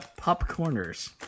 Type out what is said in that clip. Popcorners